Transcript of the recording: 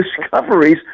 discoveries